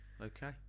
Okay